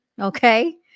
Okay